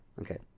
Okay